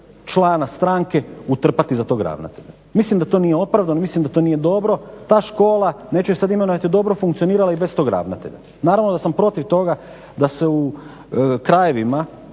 člana stranke utrpati za tog ravnatelja. Mislim da to nije opravdano, mislim da to nije dobro. Ta škola, neću je sad imenovati, je dobro funkcionirala i bez tog ravnatelja. Naravno da sam protiv toga da se u krajevima